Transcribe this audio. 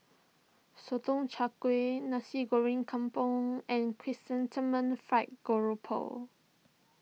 Sotong Char Kway Nasi Goreng Kampung and Chrysanthemum Fried Garoupa